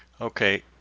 Okay